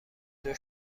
کجا